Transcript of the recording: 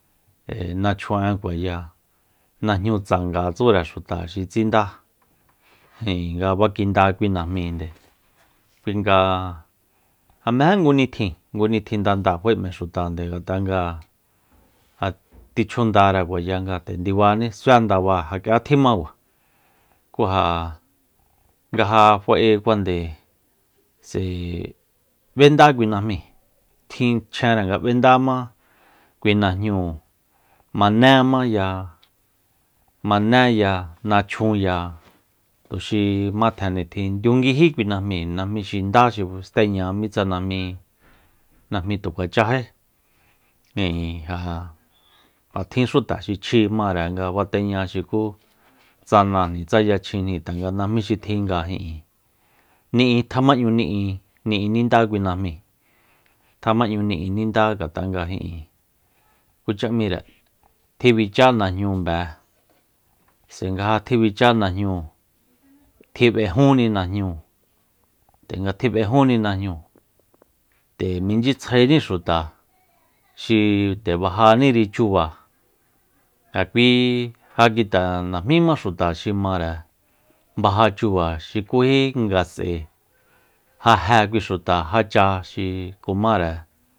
Nachjun'ekuaya najñutsanga tsure xuta xi tsinda ijin nga fa kunda kui najmínde kui nga ja mejé ngu nitjin meje ngu nitjin nda nda fae m'e xuta ngat'a nga ja ti chjundara kuaya nga nde ndibaní sué ndaba ja k'ia tjimá kua ku ja nga ja fa'ekuande s'ae b'enda kui najmi tjin chjenre nga b'endama kui najnúu manémaya manéya nachjunya tuxi jma tjen nitjin ndiunguíj´kui najmi najmí xi ndá xi steña mitsa najmí-najmí tu kuachájí ijin ja- ja tjin xuta xi chji mare nga bateña xukú tsa nájni tsa yachjinjni tanga najmí xi tjinjni nga ijin ni'in tjemañu ni'in- ni'in nindá kui najmíi tjémañu ni'in nindá ngat'a nga ijin kucha m'íre tjibichá najñúu mbe s'ae nga ja tjibichá najñúu tjib'ejúnni najñúu nde nga tjib'ejúni najñúu nde minchyitsjaení xuta xi nde bajaníri chuba ja kui ja nguite najmíma xuta xi mare baja chuba xukují nga s'ae ja je kui xuta jacha xi kumare